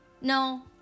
no